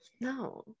No